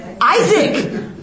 Isaac